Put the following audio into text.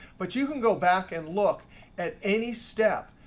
but you can go back and look at any step.